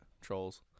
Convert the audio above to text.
trolls